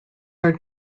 are